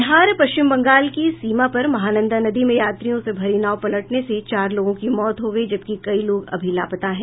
बिहार पश्चिम बंगाल की सीमा पर महानंदा नदी में यात्रियों से भरी नाव पलटने से चार लोगों की मौत हो गयी जबकि कई लोग अभी लापता हैं